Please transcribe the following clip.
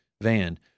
van